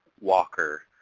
Walker